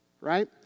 Right